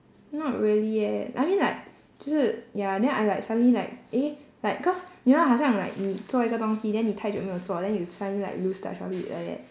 not really eh I mean like 就是 ya then I like suddenly like eh like cause you know 好像 like 你做一个东西 then 你太久没有做 then you suddenly like lose the